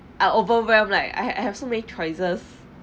I overwhelm like I had I have so many choices